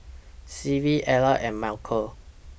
Clive Ellar and Malcom